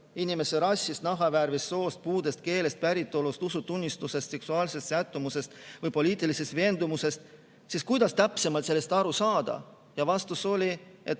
inimese rassist, nahavärvist, soost, puudest, keelest, päritolust, usutunnistusest, seksuaalsest sättumusest või poliitilisest veendumusest – kuidas täpsemalt sellest aru saada. Vastus oli, et